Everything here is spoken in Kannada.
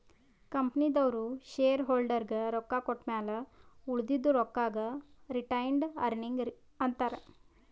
ಕಂಪನಿದವ್ರು ಶೇರ್ ಹೋಲ್ಡರ್ಗ ರೊಕ್ಕಾ ಕೊಟ್ಟಮ್ಯಾಲ ಉಳದಿದು ರೊಕ್ಕಾಗ ರಿಟೈನ್ಡ್ ಅರ್ನಿಂಗ್ ಅಂತಾರ